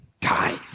die